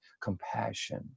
compassion